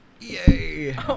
Yay